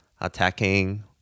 attacking